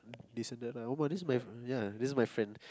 this is the this is my ya this is my friend